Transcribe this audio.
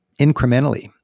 incrementally